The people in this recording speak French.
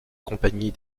compagnie